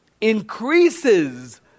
increases